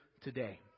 today